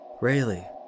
Rayleigh